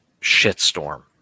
shitstorm